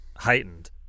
heightened